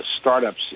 startups